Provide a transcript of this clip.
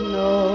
no